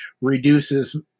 reduces